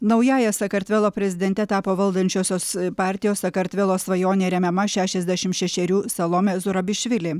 naująja sakartvelo prezidente tapo valdančiosios partijos sakartvelo svajonė remiama šešiasdešimt šešerių salomė zurabišvili